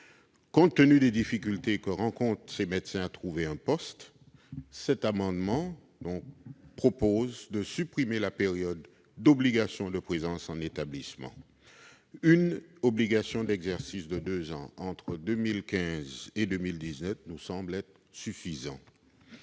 Compte tenu des difficultés que rencontrent ces médecins pour trouver un poste, cet amendement vise à supprimer la période d'obligation de présence en établissement. Une obligation d'exercice de deux ans entre 2015 et 2017 nous semble suffisante,